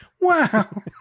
Wow